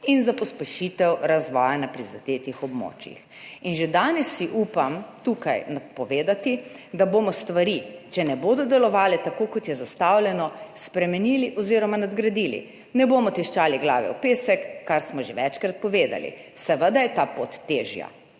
in za pospešitev razvoja na prizadetih območjih. In že danes si upam tukaj napovedati, da bomo stvari, če ne bodo delovale tako, kot je zastavljeno, spremenili oziroma nadgradili. Ne bomo tiščali glave v pesek, kar smo že večkrat povedali. Seveda je ta pot težja,